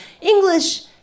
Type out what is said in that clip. English